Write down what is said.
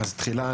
תחילה,